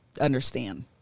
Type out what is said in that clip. understand